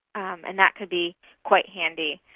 um and that could be quite handy.